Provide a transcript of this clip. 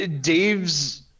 Dave's